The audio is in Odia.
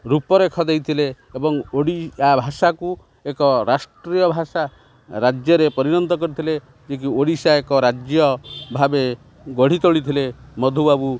ରୂପରେଖ ଦେଇଥିଲେ ଏବଂ ଓଡ଼ିଆ ଭାଷାକୁ ଏକ ରାଷ୍ଟ୍ରୀୟ ଭାଷା ରାଜ୍ୟରେ ପରିଣତ କରିଥିଲେ ଯେ କି ଓଡ଼ିଶା ଏକ ରାଜ୍ୟ ଭାବେ ଗଢ଼ି ତୋଳିଥିଲେ ମଧୁବାବୁ